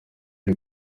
iri